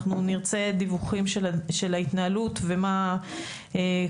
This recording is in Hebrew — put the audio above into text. אנחנו נרצה דיווחים של ההתנהלות ומה קורה